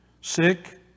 Sick